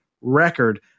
record